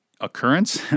occurrence